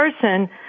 person